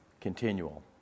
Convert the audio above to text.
continual